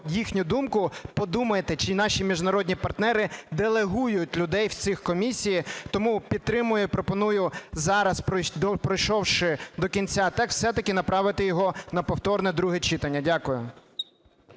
їхню думку, подумайте, чи наші міжнародні партнери делегують людей в ці комісії. Тому підтримую і пропоную зараз, пройшовши до кінця текст, все-таки направити його на повторне друге читання. Дякую.